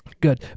Good